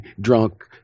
drunk